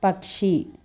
പക്ഷി